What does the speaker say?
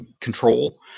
control